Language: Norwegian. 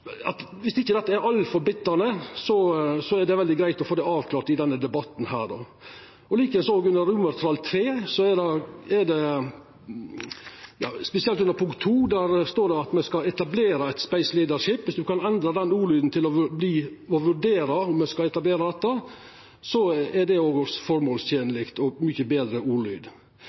Så viss ikkje dette er altfor bitterleg, så er det veldig greitt å få det avklart i denne debatten. Når det gjeld forslag til vedtak III: Under punkt 2 står det at me skal «etablere et Space leadership council». Viss ein kan endra den ordlyden til «å vurdera» om me skal etablera dette, er det også føremålstenleg og ein mykje betre ordlyd.